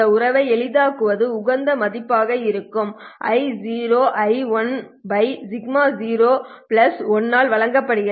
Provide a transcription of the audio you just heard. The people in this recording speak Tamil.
இந்த உறவை எளிதாக்குவது உகந்த மதிப்பாக இருக்கும் I0I1 σ0 by1 ஆல் வழங்கப்படும்